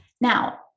Now